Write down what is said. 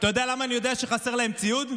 אתה יודע למה אני יודע שחסר להם ציוד?